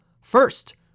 First